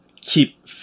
keep